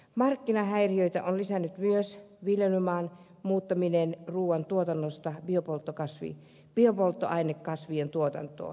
markkinahäiriöitä on lisännyt myös viljelysmaan muuttaminen ruuantuotannosta biopolttoainekasvien tuotantoon